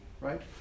right